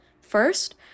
First